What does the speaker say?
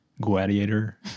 Gladiator